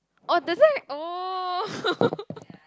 oh does that oh